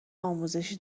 آموزشی